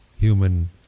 human